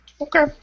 Okay